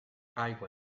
aigua